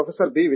professor B